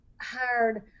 hired